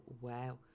wow